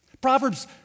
Proverbs